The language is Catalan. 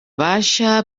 baixa